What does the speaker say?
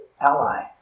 ally